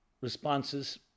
responses